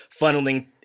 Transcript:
funneling